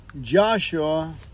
Joshua